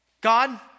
God